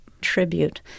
tribute